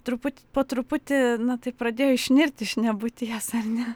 truputį po truputį na taip pradėjo išnirt iš nebūties ar ne